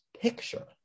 picture